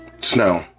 Snow